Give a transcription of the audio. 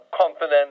confident